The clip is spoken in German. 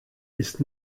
ist